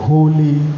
Holy